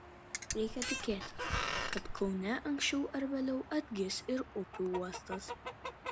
reikia tikėtis kad kaune anksčiau ar vėliau atgis ir upių uostas